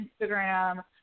instagram